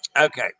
Okay